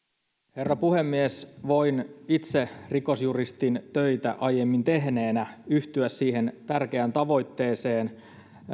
herra puhemies voin itse rikosjuristin töitä aiemmin tehneenä yhtyä tärkeään tavoitteeseen